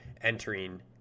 entering